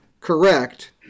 correct